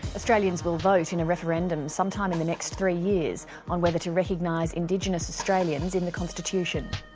australians will vote in a referendum sometime in the next three years on whether to recognise indigenous australians in the constitution.